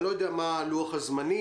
אני לא יודע מה לוח הזמנים.